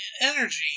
energy